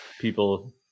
people